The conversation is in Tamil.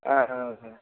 ஆ ஆ